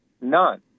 none